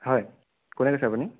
হয় কোনে কৈছে আপুনি